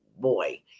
boy